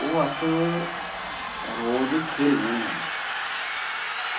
ओह् अस रोज़ खेल्लने होन्ने